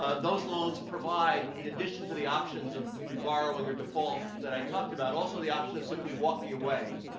ah those loans provide, in addition to the options of reborrowing or default that i talked about, also the option of simply walking away.